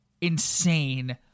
insane